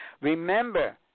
Remember